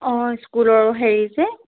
অঁ ইস্কুলৰো হেৰি যে